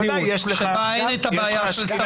שבה אין את הבעיה של --- בוודאי,